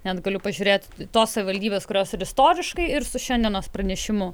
net galiu pažiūrėt tos savivaldybės kurios ir istoriškai ir su šiandienos pranešimų